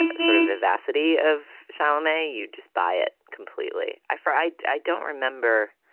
ah sort of vivacity of charlemagne, you'd just buy it completely. i for i i don't remember.